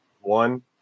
one